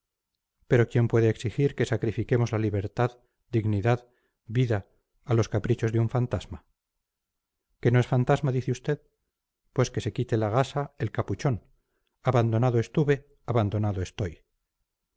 pero quién puede exigir que sacrifiquemos la libertad dignidad vida a los caprichos de un fantasma que no es fantasma dice usted pues que se quite la gasa el capuchón abandonado estuve abandonado estoy